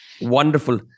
Wonderful